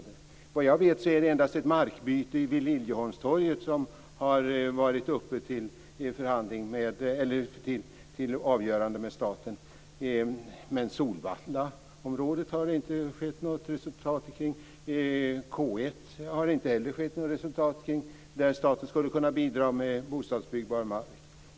Såvitt jag vet är det endast ett markbyte vid Liljeholmstorget som har varit uppe till avgörande med staten. Det har inte blivit något resultat för marken vid Solvalla och inte heller för marken vid K 1, där staten skulle kunna bidra med bostadsbyggbar mark.